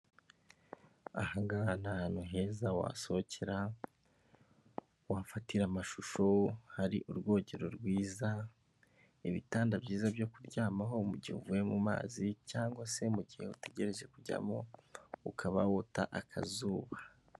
Aha ngaha ni ahantu heza wasohokera, wafatira amashusho hari urwogero rwiza, ibitanda byiza byo kuryamaho mu gihe uvuye mu mu mazi, cyangwa se mu mu gihe utegereje kujyamo ukaba wota akazuba.